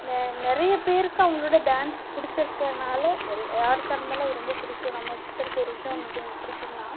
நிறைய பேருக்கு அவங்களோட டான்ஸ் பிடிச்சு இருக்கிறதுனால யாருக்காக இருந்தாலும் அது ரொம்ப பிடிக்கும் நம்ம கிட்டே இருக்க ஒரு விஷயம் இன்னொருத்தங்களுக்கு பிடிக்குதுனா